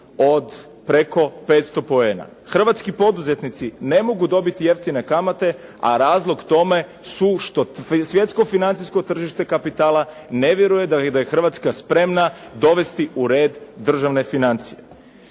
od oko 500 poena. Hrvatski poduzetnici ne mogu dobiti jeftine kamate, a razlog tome su što svjetsko financijsko tržište kapitala ne vjeruje da je Hrvatska dovesti u red državne financije.